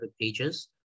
pages